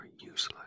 useless